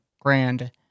grand